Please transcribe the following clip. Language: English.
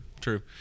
true